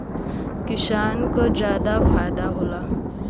किसान क जादा फायदा होला